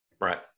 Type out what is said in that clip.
Right